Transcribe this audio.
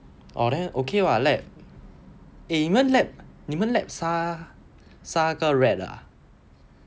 oh then okay [what] lab eh then lab 你们 lab 杀杀那个 rat ah